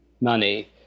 money